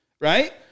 right